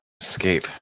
Escape